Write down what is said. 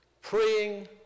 praying